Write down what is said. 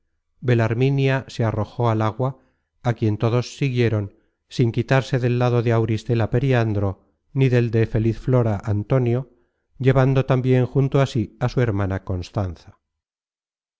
siguen belarminia se arrojó al agua á quien todos siguieron sin quitarse del lado de auristela periandro ni del de feliz flora antonio llevando tambien junto a sí á su hermana constanza